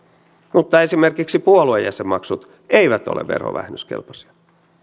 mutta esimerkiksi puoluejäsenmaksut eivät ole verovähennyskelpoisia